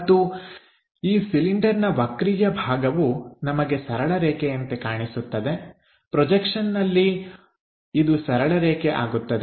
ಮತ್ತು ಈ ಸಿಲಿಂಡರ್ನ ವಕ್ರೀಯ ಭಾಗವು ನಮಗೆ ಸರಳ ರೇಖೆಯಂತೆ ಕಾಣಿಸುತ್ತದೆ ಪ್ರೊಜೆಕ್ಷನ್ ನಲ್ಲಿ ಇದು ಸರಳರೇಖೆ ಆಗುತ್ತದೆ